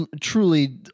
truly